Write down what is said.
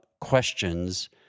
questions